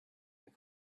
that